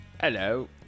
Hello